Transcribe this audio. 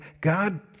God